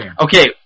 Okay